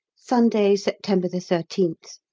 sunday, september thirteenth.